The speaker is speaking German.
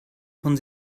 von